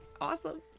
Awesome